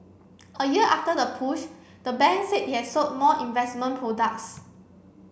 a year after the push the bank said it has sold more investment products